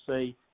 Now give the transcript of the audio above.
see